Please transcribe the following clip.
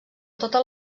totes